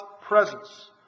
presence